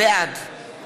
בעד